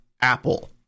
Apple